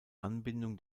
anbindung